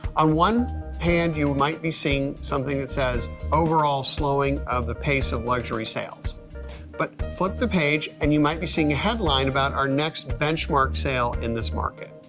on one hand you might be seeing something that says overall slowing of the pace of luxury sales but flip the page and you might be seeing a headline about our next benchmark sale in this market.